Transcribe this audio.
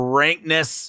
rankness